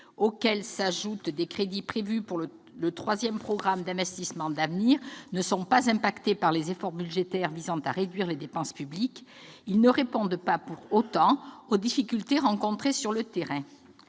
2018-s'y ajoutent des crédits prévus par le troisième programme d'investissements d'avenir -, ne sont pas affectés par les efforts budgétaires visant à réduire les dépenses publiques. Pour autant, ils ne répondent pas aux difficultés rencontrées sur le terrain.